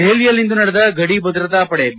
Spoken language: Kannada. ದೆಹಲಿಯಲ್ಲಿಂದು ನಡೆದ ಗಡಿ ಭದ್ರತಾ ಪಡೆ ಬಿ